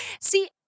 See